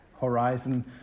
horizon